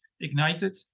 ignited